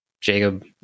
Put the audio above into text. Jacob